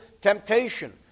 temptation